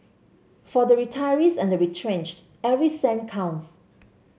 for the retirees and the retrenched every cent counts